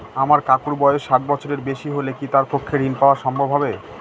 আমার কাকুর বয়স ষাট বছরের বেশি হলে কি তার পক্ষে ঋণ পাওয়া সম্ভব হবে?